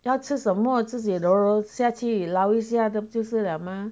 要吃什么自己搂搂下去烙烙一下就是了嘛